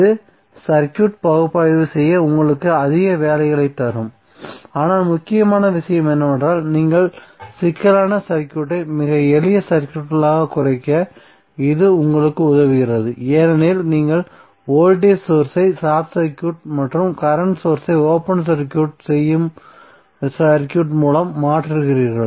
இது சர்க்யூட் பகுப்பாய்வு செய்ய உங்களுக்கு அதிக வேலைகளைத் தரும் ஆனால் முக்கியமான விஷயம் என்னவென்றால் மிகவும் சிக்கலான சர்க்யூட்டை மிக எளிய சர்க்யூட்டுக்கு குறைக்க இது எங்களுக்கு உதவுகிறது ஏனெனில் நீங்கள் வோல்டேஜ் சோர்ஸ் ஐ ஷார்ட் சர்க்யூட் மற்றும் கரண்ட் சோர்ஸ் ஐ ஓபன் சர்க்யூட் மூலம் மாற்றுகிறீர்கள்